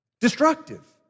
destructive